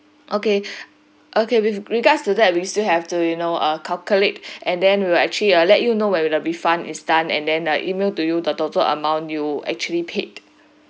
okay okay with regards to that we still have to you know uh calculate and then we'll actually err let you know when is the refund is done and then uh E-mail to you the total amount you actually paid